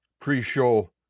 pre-show